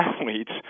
athletes